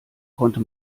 konnte